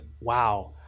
wow